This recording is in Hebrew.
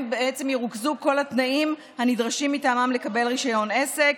ירוכזו כל התנאים הנדרשים מטעמם לקבל רישיון עסק.